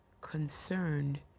concerned